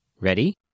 Ready